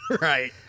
Right